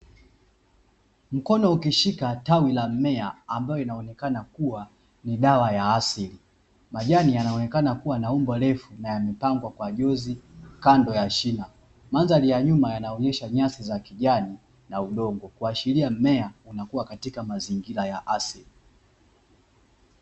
Mkono ukishika tawi la mmea ambao unaonekana kuwa ni dawa ya asili, Majani yanaonekana kuwa na umbo refu na yamepangwa kwa juzi kando ya shina, Mandhali ya nyuma yanaonyesha nyasi za kijani na udongo kuashiria mmea unakuwa katika mazingira ya asili.